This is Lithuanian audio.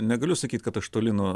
negaliu sakyt kad aš toli nuo